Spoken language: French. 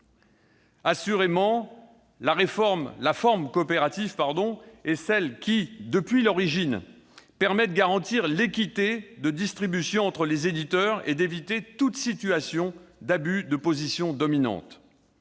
Assurément, la forme coopérative est celle qui, depuis l'origine, permet de garantir l'équité de distribution entre les éditeurs et d'éviter toute situation d'abus de position dominante.